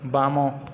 ବାମ